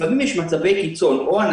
לפעמים יש מצבי קיצון שבהם החרדה גדולה מדי,